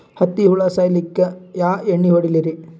ಹತ್ತಿ ಹುಳ ಸಾಯ್ಸಲ್ಲಿಕ್ಕಿ ಯಾ ಎಣ್ಣಿ ಹೊಡಿಲಿರಿ?